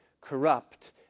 corrupt